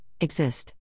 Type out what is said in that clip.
exist